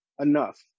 enough